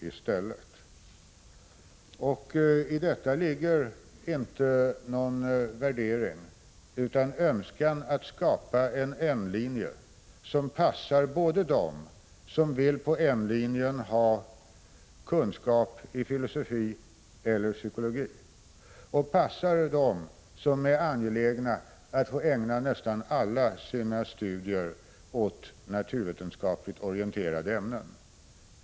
I detta ligger inte någon värdering, utan en önskan att skapa en N-linje som passar både dem som vill ha kunskap i filosofi eller psykologi och dem som är angelägna att ägna nästan alla sina studietimmar åt naturvetenskapligt orienterade ämnen.